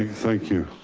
thank you.